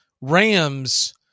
Rams